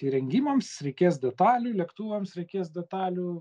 įrengimams reikės detalių lėktuvams reikės detalių